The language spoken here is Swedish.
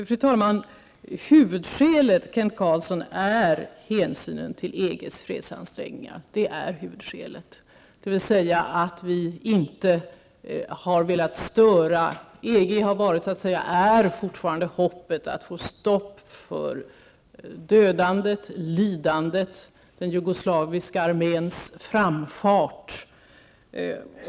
Fru talman! Huvudskälet är hänsynen till EGs fredsansträngningar. Vi hoppas fortfarande att EG skall få stopp på dödandet, lidandet och den jugoslaviska arméns framfart.